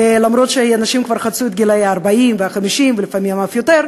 למרות שאנשים כבר חצו את גילי ה-40 וה-50 ולפעמים אף יותר,